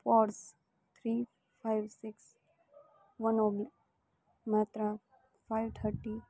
Porsche three five six one માત્રા five thirty